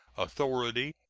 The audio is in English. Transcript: authority,